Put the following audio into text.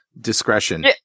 discretion